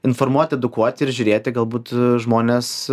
informuoti edukuoti ir žiūrėti galbūt žmonės